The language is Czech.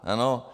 Ano.